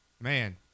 Man